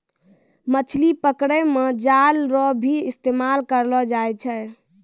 मछली पकड़ै मे जाल रो भी इस्तेमाल करलो जाय छै